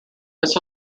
was